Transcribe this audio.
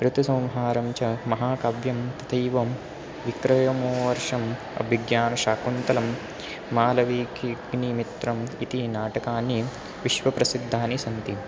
ऋतुसंहारं च महाकाव्यं तथैवं विक्रमोर्वशीयम् अभिज्ञानशाकुन्तलं मालविकाग्निमित्रम् इति नाटकानि विश्वप्रसिद्धानि सन्ति